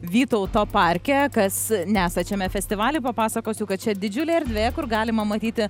vytauto parke kas nesat šiame festivaly papasakosiu kad čia didžiulė erdvė kur galima matyti